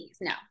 No